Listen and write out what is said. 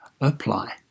apply